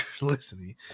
listening